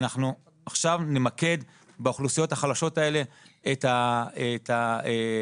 אנחנו עכשיו נמקד באוכלוסיות החלשות האלה את הסעיף